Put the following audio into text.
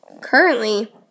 Currently